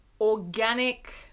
organic